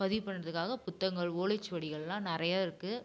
பதிவு பண்ணுறதுக்காக புத்தகங்கள் ஓலைச்சுவடிகள்லாம் நிறையா இருக்குது